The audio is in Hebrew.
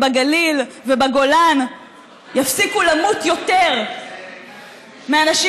ובגליל ובגולן יפסיקו למות יותר מאנשים